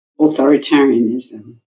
authoritarianism